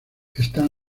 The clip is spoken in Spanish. están